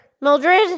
Mildred